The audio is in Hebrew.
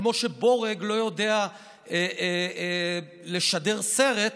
כמו שבורג לא יודע לשדר סרט,